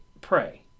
pray